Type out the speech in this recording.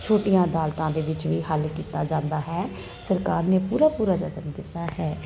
ਛੋਟੀਆਂ ਅਦਾਲਤਾਂ ਦੇ ਵਿੱਚ ਹੱਲ ਕੀਤਾ ਜਾਂਦਾ ਹੈ ਸਰਕਾਰ ਨੇ ਪੂਰਾ ਪੂਰਾ ਯਤਨ ਕੀਤਾ ਹੈ